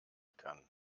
kann